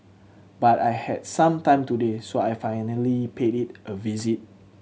but I had some time today so I finally paid it a visit